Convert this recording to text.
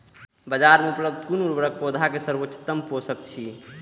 बाजार में उपलब्ध कुन उर्वरक पौधा के सर्वोत्तम पोषक अछि?